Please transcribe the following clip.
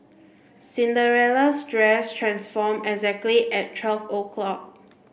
Cinderella's dress transformed exactly at twelve o'clock